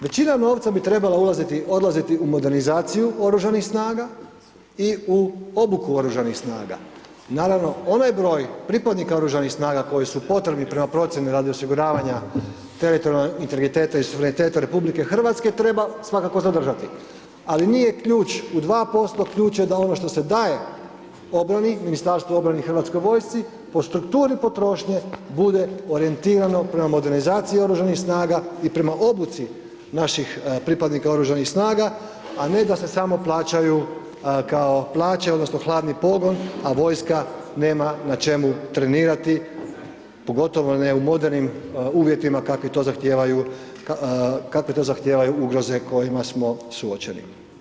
Većina novca bi trebala odlaziti u modernizaciju oružanih snaga i u obuku oružanih snaga, naravno, onaj broj pripadnika oružanih snaga koji su potrebni prema procijeni radi osiguravanja teritorijalnog integriteta i suvereniteta RH, treba svakako zadržati, ali nije ključ u 2%, ključ je da ono što se daje obrani, Ministarstvu obrane i Hrvatskoj vojsci, po strukturi potrošnje bude orijentirano prema modernizaciji oružanih snaga i prema obuci naših pripadnika oružanih snaga, a ne da se samo plaćaju kao plaće odnosno hladni pogon, a vojska nema na čemu trenirati, pogotovo ne u modernim uvjetima kakve to zahtijevaju ugroze kojima smo suočeni.